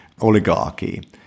oligarchy